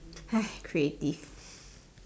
high creative